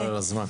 חבל על הזמן.